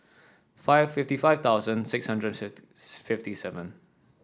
five fifty five thousand six hundred fifty seven